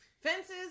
Fences